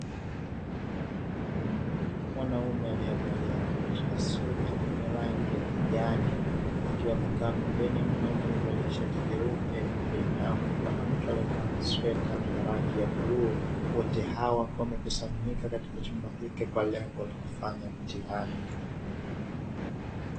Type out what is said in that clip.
Mwanaume aliyevalia koti la suti lenye rangi ya kijani, akiwa amekaa pembeni ya mwanaume aliyevalia shati jeupe. Huku nyuma yao kukiwa na mtu aliyevaa sweta lenye rangi ya bluu. Wote hawa wakiwa wamekusanyika katika chumba hiki kwa lengo la kufanya mtihani.